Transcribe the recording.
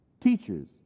Teachers